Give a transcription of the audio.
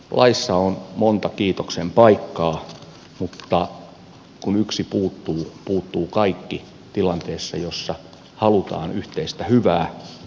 laissa on monta kiitoksen paikkaa mutta kun yksi puuttuu puuttuu kaikki tilanteessa jossa halutaan yhteistä hyvää